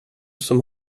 som